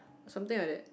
something like that